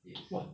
yes